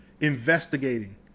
investigating